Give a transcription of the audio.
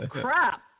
crap